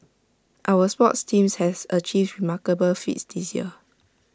our sports teams have achieved remarkable feats this year